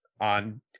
on